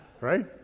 Right